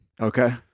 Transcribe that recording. Okay